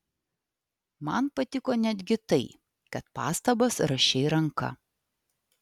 man patiko netgi tai kad pastabas rašei ranka